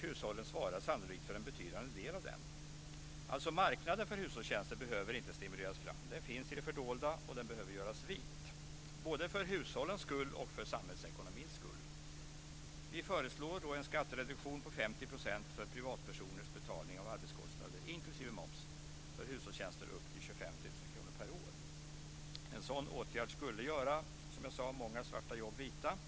Hushållen svarar sannolikt för en betydande del av denna marknad. Marknaden för hushållstjänster behöver alltså inte stimuleras fram. Den finns i det fördolda, och den behöver göras vit - både för hushållens skull och för samhällsekonomins skull. Vi föreslår en skattereduktion på 50 % för privatpersoners betalning av arbetskostnader, inklusive moms, för hushållstjänster upp till 25 000 kr per år. En sådan åtgärd skulle, som jag sade, göra många svarta jobb vita.